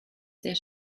sehr